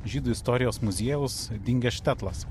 žydų istorijos muziejaus dingęs štetlas